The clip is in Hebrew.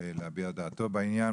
להביע דעתו בעניין.